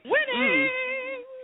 Winning